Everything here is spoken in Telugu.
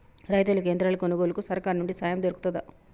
రైతులకి యంత్రాలు కొనుగోలుకు సర్కారు నుండి సాయం దొరుకుతదా?